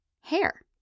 hair